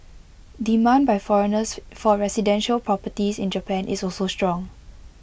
demand by foreigners for residential properties in Japan is also strong